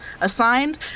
assigned